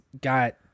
got